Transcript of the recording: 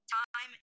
time